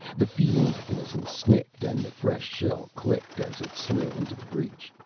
the feeding mechanism snicked and the fresh shell clicked as it slid into the breech.